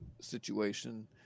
situation